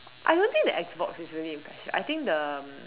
I don't think the X box is really impressive I think the